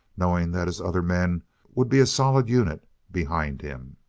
knowing that his other men would be a solid unit behind him.